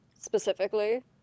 specifically